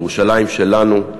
ירושלים שלנו,